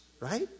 right